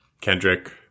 Kendrick